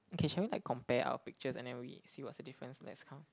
okay shall we like compare our pictures and then we see what's the difference let's count